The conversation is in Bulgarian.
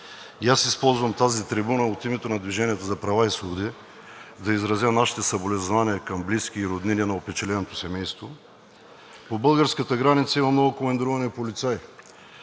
и използвам тази трибуна от името на „Движение за права и свободи“ да изразя нашите съболезнования към близки и роднини на опечаленото семейство. По българската граница има много командировани полицаи